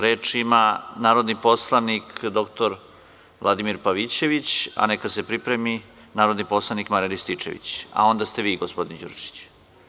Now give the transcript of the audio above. Reč ima narodni poslanik dr Vladimir Pavićević, a neka se pripremi narodni poslanik Marijan Rističević, a onda ste vi gospodine Đurišiću.